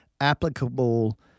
applicable